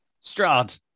strad